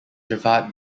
javad